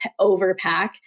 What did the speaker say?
overpack